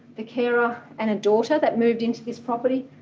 the carer and a daughter that moved into this property,